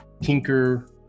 Tinker